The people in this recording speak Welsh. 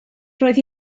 roedd